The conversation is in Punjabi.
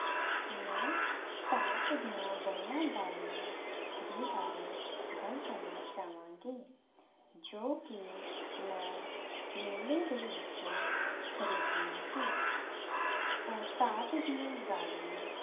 ਮੈਂ ਧਾਤ ਦੀਆਂ ਬਣੀਆਂ ਵਾਲੀਆਂ ਦੇ ਬਾਰੇ ਗੱਲ ਕਰਨਾ ਚਾਹਵਾਂਗੀ ਜੋ ਕਿ ਮੈਂ ਮੇਲੇ ਦੇ ਵਿੱਚੋਂ ਖਰੀਦੀਆਂ ਸੀ ਉਹ ਧਾਤ ਦੀਆਂ ਵਾਲੀਆਂ